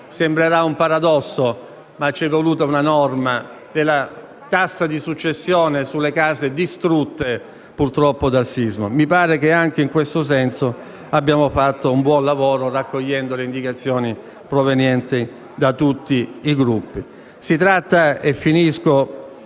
sembrerà un paradosso, ma c'è voluta una norma - della tassa di successione sulle case purtroppo distrutte dal sisma. Mi pare che anche in questo senso abbiamo fatto un buon lavoro, raccogliendo le indicazioni provenienti da tutti i Gruppi.